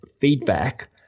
feedback